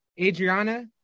Adriana